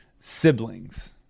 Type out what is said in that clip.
siblings